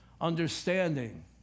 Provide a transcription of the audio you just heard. understanding